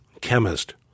chemist